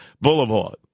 Boulevard